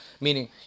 Meaning